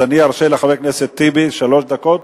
אז אני ארשה לחבר הכנסת טיבי שלוש דקות,